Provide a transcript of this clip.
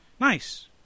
Nice